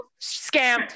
Scammed